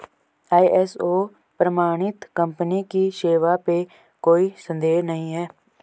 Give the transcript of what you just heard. ISO प्रमाणित company की सेवा पे कोई संदेह नहीं है